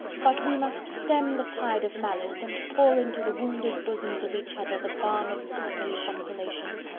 but we must stem the tide of malice, and pour into the wounded bosoms of each other the balm of sisterly consolation.